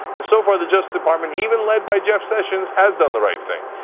and so far the justice department even led by jeff sessions, has done the right thing.